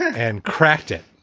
and cracked it.